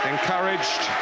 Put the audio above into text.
Encouraged